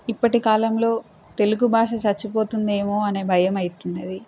ఇప్పటి కాలంలో తెలుగు భాష చచ్చిపోతుందేమో అనే భయమైతున్నది